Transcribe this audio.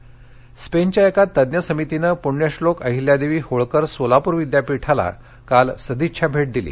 सोलापर स्पस्थिया एका तज्ञ समितीनं पृण्यश्लोहक अहिल्यादक्षी होळकर सोलापूर विद्यापीठाला काल सदिच्छास भद्यदिली